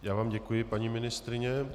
Já vám děkuji, paní ministryně.